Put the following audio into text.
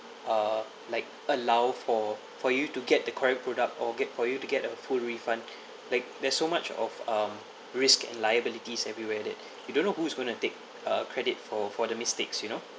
uh like allow for for you to get the correct product or get for you to get a full refund like there's so much of um risk and liabilities everywhere that you don't know who is going to take uh credit for for the mistakes you know